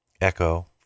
Echo